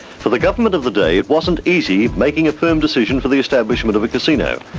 for the government of the day it wasn't easy making a firm decision for the establishment of a casino.